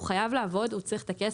הוא חייב לעבוד, הוא צריך את הכסף.